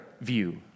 view